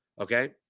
okay